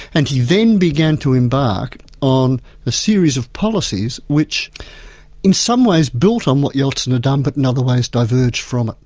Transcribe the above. and he then began to embark on a series of policies which in some ways built on what yeltsin had done but in other ways diverged from it.